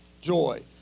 joy